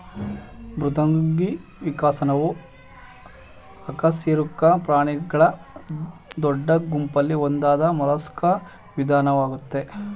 ಮೃದ್ವಂಗಿ ವಿಕಸನವು ಅಕಶೇರುಕ ಪ್ರಾಣಿಗಳ ದೊಡ್ಡ ಗುಂಪಲ್ಲಿ ಒಂದಾದ ಮೊಲಸ್ಕಾ ವಿಧಾನವಾಗಯ್ತೆ